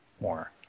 more